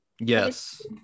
Yes